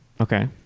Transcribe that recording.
Okay